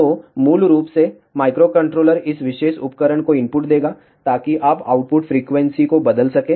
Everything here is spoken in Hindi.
तो मूल रूप से माइक्रोकंट्रोलर इस विशेष उपकरण को इनपुट देगा ताकि आप आउटपुट फ्रीक्वेंसी को बदल सकें